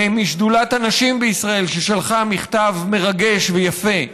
משדולת הנשים בישראל, ששלחה מכתב מרגש ויפה,